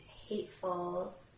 hateful